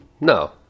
No